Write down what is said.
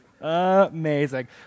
Amazing